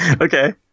Okay